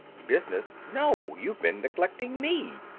business? no you've been neglecting me!